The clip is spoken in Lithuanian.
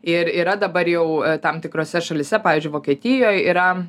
ir yra dabar jau tam tikrose šalyse pavyzdžiui vokietijoj yra